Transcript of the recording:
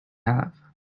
have